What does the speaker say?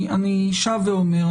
אני שב ואומר,